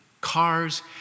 Cars